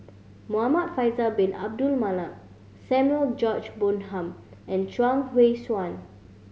Muhamad Faisal Bin Abdul Manap Samuel George Bonham and Chuang Hui Tsuan